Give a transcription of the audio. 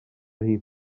rif